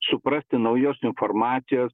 suprasti naujos informacijos